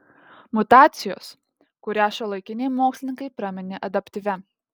mutacijos kurią šiuolaikiniai mokslininkai praminė adaptyvia